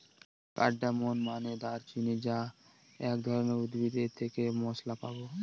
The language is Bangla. কার্ডামন মানে দারুচিনি যা এক ধরনের উদ্ভিদ এর থেকে মসলা পাবো